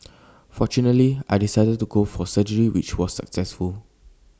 fortunately I decided to go for surgery which was successful